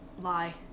lie